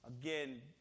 Again